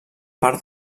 part